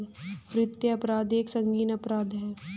वित्तीय अपराध एक संगीन अपराध है